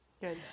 Good